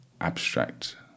abstract